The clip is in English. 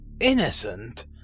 Innocent